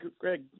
Greg